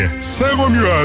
Saint-Romuald